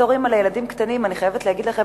בתור אמא לילדים קטנים אני חייבת להגיד לכם